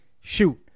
Shoot